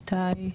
איתי.